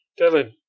Dylan